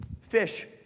fish